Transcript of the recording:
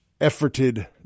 efforted